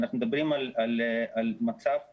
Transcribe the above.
אנחנו מדברים על מצב חולה,